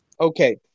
okay